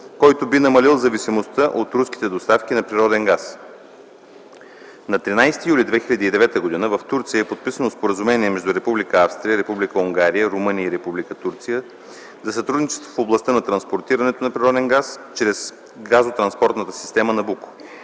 който би намалил зависимостта от руските доставки на природен газ. На 13 юли 2009 г. в Турция е подписано Споразумение между Република Австрия, Република Унгария, Румъния и Република Турция за сътрудничество в областта на транспортирането на природен газ през газотранспортната система „Набуко”.